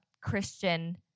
Christian